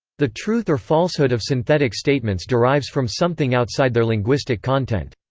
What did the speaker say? the truth or falsehood of synthetic statements derives from something outside their linguistic content.